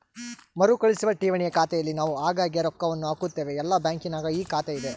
ಮರುಕಳಿಸುವ ಠೇವಣಿಯ ಖಾತೆಯಲ್ಲಿ ನಾವು ಆಗಾಗ್ಗೆ ರೊಕ್ಕವನ್ನು ಹಾಕುತ್ತೇವೆ, ಎಲ್ಲ ಬ್ಯಾಂಕಿನಗ ಈ ಖಾತೆಯಿದೆ